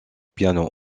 piano